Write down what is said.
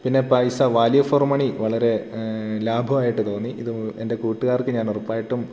പിന്നെ പൈസ value for money വളരെ ലാഭമായിട്ട് തോന്നി ഇത് എൻ്റെ കൂട്ടുകാർക്ക് ഞാൻ ഉറപ്പായിട്ടും